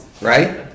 right